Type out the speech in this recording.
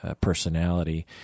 personality